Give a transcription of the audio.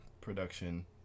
production